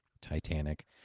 Titanic